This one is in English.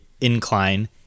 incline